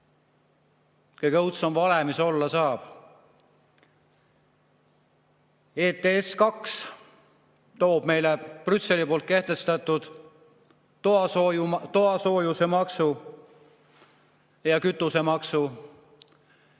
Kõige õudsem vale mis olla saab. ETS II toob meile Brüsseli kehtestatud toasoojusemaksu ja kütusemaksu.